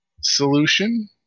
solution